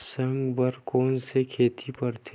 साग बर कोन से खेती परथे?